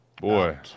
Boy